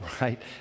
right